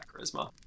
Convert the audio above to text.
charisma